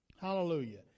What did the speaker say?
Hallelujah